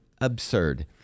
absurd